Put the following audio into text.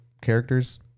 characters